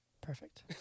Perfect